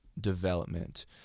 development